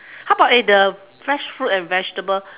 how about eh the fresh fruit and vegetable